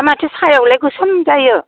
हा माथो साहायावलाय गोसोम जायो